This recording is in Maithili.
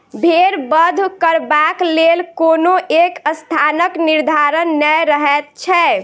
भेंड़ बध करबाक लेल कोनो एक स्थानक निर्धारण नै रहैत छै